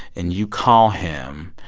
and you call him,